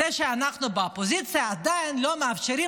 זה שאנחנו באופוזיציה עדיין לא מאפשרים